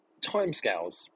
timescales